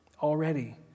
Already